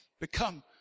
become